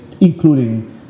including